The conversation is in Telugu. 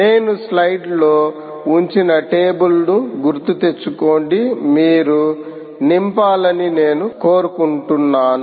నేను స్లైడ్లో ఉంచిన టేబుల్ను గుర్తుతెచ్చుకోండి మీరు నింపాలని నేను కోరుకుంటున్నాను